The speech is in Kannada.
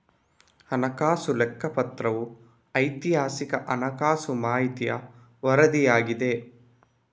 ಹಣಕಾಸು ಲೆಕ್ಕಪತ್ರವು ಐತಿಹಾಸಿಕ ಹಣಕಾಸು ಮಾಹಿತಿಯ ವರದಿಯಾಗಿದೆ